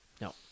No